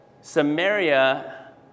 Samaria